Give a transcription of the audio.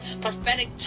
prophetic